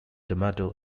tomato